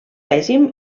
règim